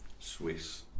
Swiss